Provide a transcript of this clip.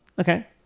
Okay